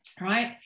right